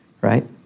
right